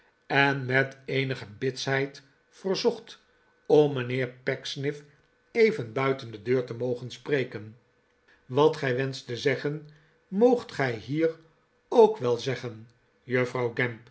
en met eenige bitsheid verzocht om mijnheer pecksniff even buiten de deur te mogen spreken wat gij wenscht te zeggen moogt gij hier ook wel zeggen juffrouw